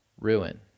ruin